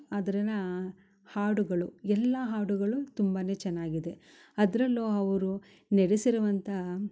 ಅದ್ರನಾ ಹಾಡುಗಳು ಎಲ್ಲಾ ಹಾಡುಗಳು ತುಂಬಾನೆ ಚೆನ್ನಾಗಿದೆ ಅದ್ರಲ್ಲು ಅವರು ನೆಡೆಸಿರುವಂಥ